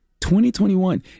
2021